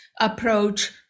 approach